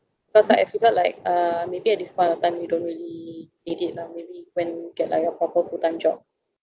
cause I figure out like uh maybe at this point of time you don't really need it lah maybe when get like a proper full time job